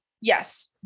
Yes